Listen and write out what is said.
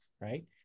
right